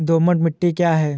दोमट मिट्टी क्या है?